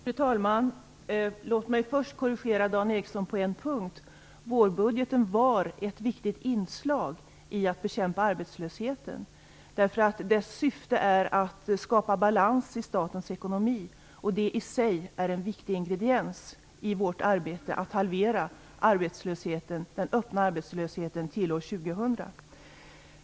Fru talman! Låt mig först korrigera Dan Ericsson på en punkt. Vårbudgeten var ett viktigt inslag i arbetet med att bekämpa arbetslösheten. Dess syfte är att skapa balans i Sveriges ekonomi, och det i sig är en viktig ingrediens i vårt arbete med att halvera den öppna arbetslösheten till år 2000.